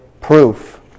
proof